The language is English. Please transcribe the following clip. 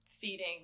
feeding